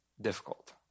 difficult